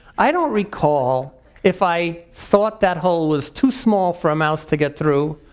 i don't recall if i thought that hole was too small for a mouse to get through,